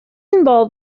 involved